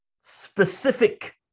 Specific